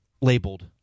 labeled